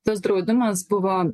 tas draudimas buvo